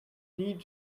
need